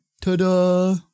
Ta-da